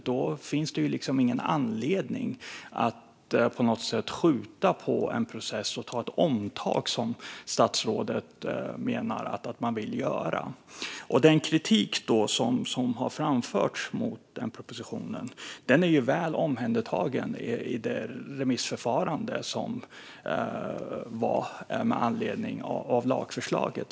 Då finns det ingen anledning att skjuta på en process och göra ett omtag. Den kritik som har framförts mot propositionen är väl omhändertagen i remissförfarandet med anledning av lagförslaget.